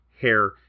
hair